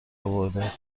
اورده